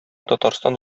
татарстан